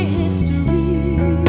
history